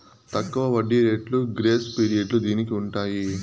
తక్కువ వడ్డీ రేట్లు గ్రేస్ పీరియడ్లు దీనికి ఉంటాయి